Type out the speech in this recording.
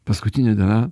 paskutinė diena